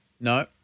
No